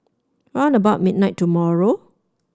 round about midnight tomorrow